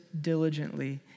diligently